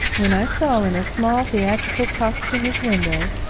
when i saw, in a small theatrical costumier's window,